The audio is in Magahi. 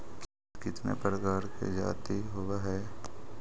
कीट कीतने प्रकार के जाती होबहय?